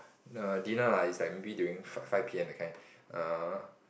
err dinner lah is like maybe during five five p_m that kind err